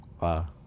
Wow